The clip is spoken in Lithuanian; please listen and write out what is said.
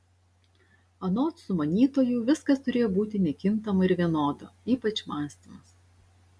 anot sumanytojų viskas turėjo būti nekintama ir vienoda ypač mąstymas